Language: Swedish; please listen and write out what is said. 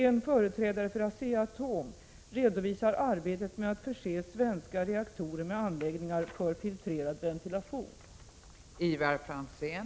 En företrädare för Asea-Atom redovisar arbetet med att förse svenska reaktorer med anläggningar för filtrerad ventilation.